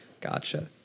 Gotcha